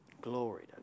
Glory